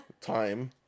time